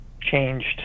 changed